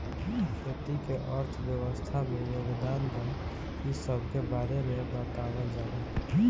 खेती के अर्थव्यवस्था में योगदान बा इ सबके बारे में बतावल जाला